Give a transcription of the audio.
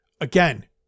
Again